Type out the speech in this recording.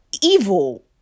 evil